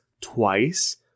twice